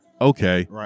okay